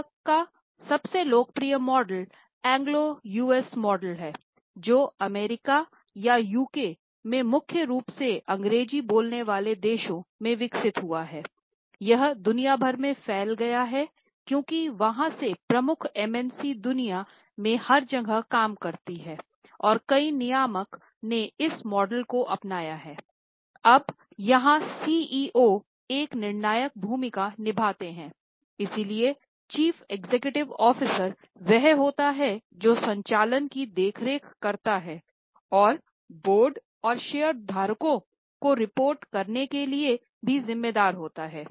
अब तक का सबसे लोकप्रिय मॉडल एंग्लो यूएस वह होता है जो संचालन की देखरेख करता है और बोर्ड और शेयरधारकों को रिपोर्ट करने के लिए भी जिम्मेदार होता है